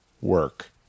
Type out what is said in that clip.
work